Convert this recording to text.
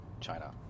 China